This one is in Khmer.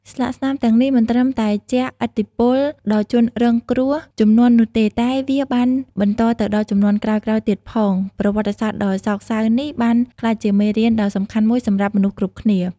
ស្លាកស្នាមទាំងនេះមិនត្រឹមតែជះឥទ្ធិពលដល់ជនរងគ្រោះជំនាន់នោះទេ តែវាបានបន្តទៅដល់ជំនាន់ក្រោយៗទៀតផង ប្រវត្តិសាស្ត្រដ៏សោកសៅនេះបានក្លាយជាមេរៀនដ៏សំខាន់មួយសម្រាប់មនុស្សគ្រប់គ្នា។